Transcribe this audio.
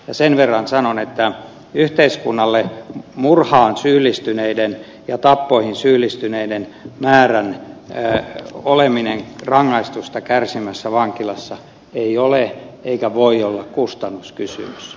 ja sen verran sanon että yhteiskunnalle se määrä joka kärsii vankilassa rangaistusta murhaan tai tappoon syyllistymisestä ei ole eikä voi olla kustannuskysymys